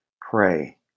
pray